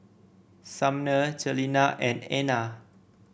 Sumner Celina and Anna